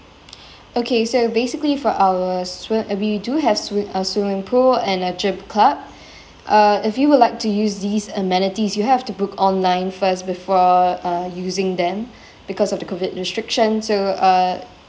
okay so basically for our swi~ uh we do have swi~ uh swimming pool and a gym club uh if you would like to use these amenities you have to book online first before uh using them because of the COVID restriction so uh